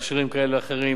לסקטורים כאלה ואחרים.